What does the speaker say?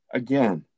again